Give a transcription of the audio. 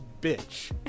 bitch